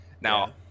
Now